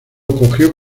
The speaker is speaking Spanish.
cogió